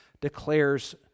declares